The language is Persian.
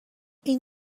این